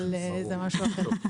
אבל זה משהו אחר.